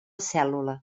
cèl·lula